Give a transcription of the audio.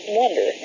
wonder